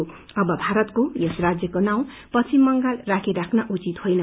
यसपश्चात् अब भारतको यस राज्यको नाउँ पश्चिम बंगाल राखिराख्न उचित होइन